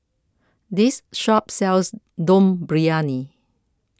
this shop sells Dum Briyani